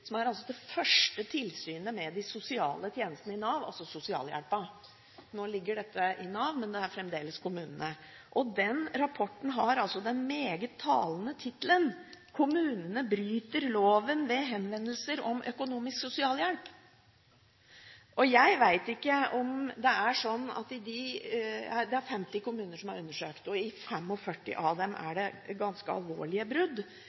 det første tilsynet med de sosiale tjenestene i Nav, altså sosialhjelpen. Nå ligger dette i Nav, men det er fortsatt i kommunene. Denne rapporten har den meget talende tittelen Kommunene bryter loven ved henvendelser om økonomisk stønad. Det er 50 kommuner som er undersøkt, i 45 av dem er det ganske alvorlige brudd på loven, og i tre av de andre kommunene er